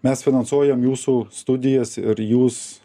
mes finansuojam jūsų studijas ir jūs